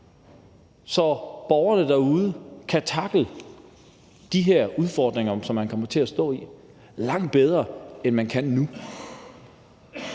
så borgerne derude kan tackle de her udfordringer, som de kommer til at stå i, langt bedre, end de kan nu.